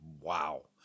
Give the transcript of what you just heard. Wow